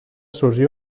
sorgir